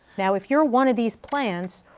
now if you're one of these plants,